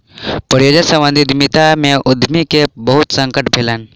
परियोजना सम्बंधित उद्यमिता में उद्यमी के बहुत संकट भेलैन